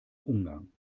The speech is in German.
ungarn